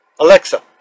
Alexa